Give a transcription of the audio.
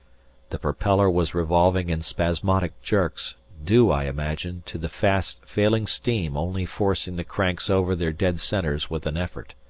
the propeller was revolving in spasmodic jerks, due, i imagine, to the fast failing steam only forcing the cranks over their dead centres with an effort.